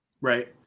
Right